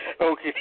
Okay